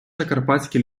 закарпатські